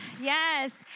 yes